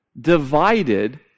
divided